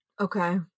Okay